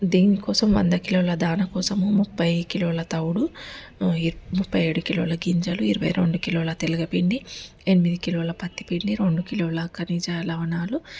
దీనికోసం వంద కిలోల దానా కోసం ముప్పై కిలోల తౌడు ముప్పై ఏడు కిలోల గింజలు ఇరవై రెండు కిలోల తెలగపిండి ఎనిమిది కిలోల పత్తి పిండి రెండు కిలోల ఖనిజ లవణాలు